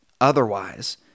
Otherwise